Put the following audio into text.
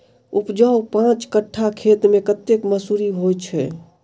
उपजाउ पांच कट्ठा खेत मे कतेक मसूरी होइ छै?